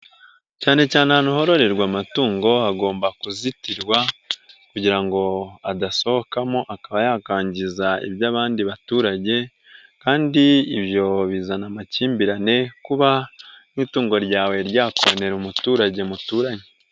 Cyane cyane ahantu hororerwa amatungo hagomba kuzitirwa kugira ngo adasohokamo akaba yakangiza iby'abandi baturage, kandi ibyo bizana amakimbirane kuba nk'itungo ryawe ryakomera umuturage muturanye.